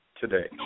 today